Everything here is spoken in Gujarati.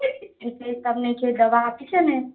તમને જે દવા આપી છે ને